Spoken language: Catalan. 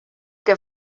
que